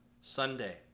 Sunday